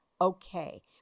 okay